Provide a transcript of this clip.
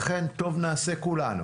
לכן, טוב נעשה כולנו